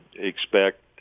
expect